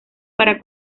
para